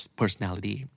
personality